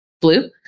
Blue